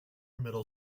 middle